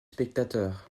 spectateurs